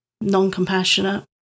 non-compassionate